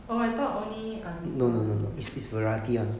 oh I thought only aviva one